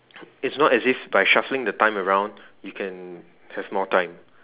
it's not as if by shuffling the time around you can have more time